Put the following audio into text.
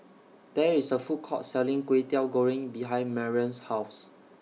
There IS A Food Court Selling Kwetiau Goreng behind Marrion's House